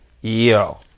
yo